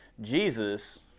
Jesus